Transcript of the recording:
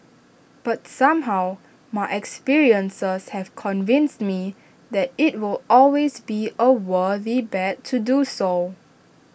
but somehow my experiences have convinced me that IT will always be A worthy bet to do so